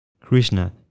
Krishna